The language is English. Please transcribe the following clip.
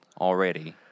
already